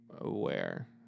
aware